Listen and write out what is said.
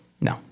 No